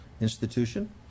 institution